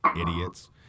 idiots